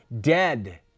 dead